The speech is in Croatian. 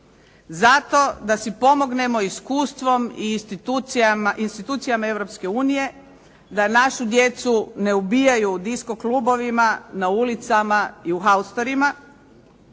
Zato da si pomognemo iskustvom i institucijama Europske unije da našu djecu ne ubijaju u disko klubovima, na ulicama i u haustorima.